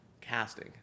casting